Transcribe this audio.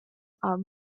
are